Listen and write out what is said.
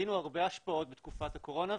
ראינו הרבה השפעות בתקופת הקורונה,